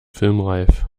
filmreif